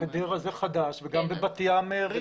חדרה זה חדש וגם בבת ים-ראשון לציון.